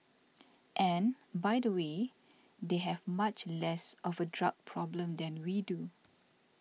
and by the way they have much less of a drug problem than we do